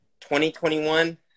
2021